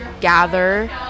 gather